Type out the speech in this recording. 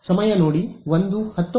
ಸಮಯ ನೋಡಿ 0119